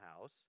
house